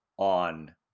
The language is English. On